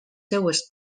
seues